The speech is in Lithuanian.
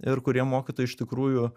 ir kurie mokytojai iš tikrųjų